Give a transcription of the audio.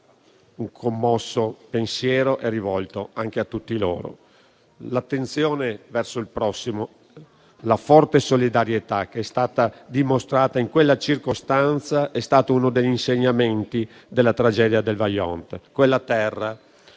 Un commosso pensiero è rivolto anche a tutti i loro. L'attenzione verso il prossimo e la forte solidarietà che è stata dimostrata in quella circostanza sono stati uno degli insegnamenti della tragedia del Vajont. Quella terra